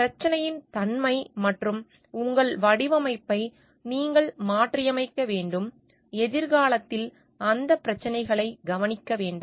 பிரச்சனையின் தன்மை மற்றும் உங்கள் வடிவமைப்பை நீங்கள் மாற்றியமைக்க வேண்டும் எதிர்காலத்தில் அந்த பிரச்சனைகளை கவனிக்க வேண்டாம்